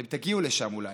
אתם תגיעו לשם אולי.